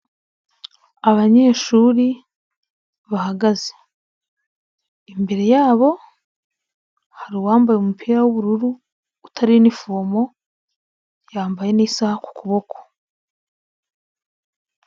Abanyeshuri bahagaze imbere yabo hari uwambaye umupira w'ubururu utari inifomo, yambaye n'isaha ku kuboko.